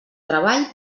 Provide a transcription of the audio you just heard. treball